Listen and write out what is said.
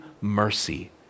mercy